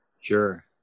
Sure